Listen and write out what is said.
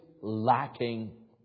lacking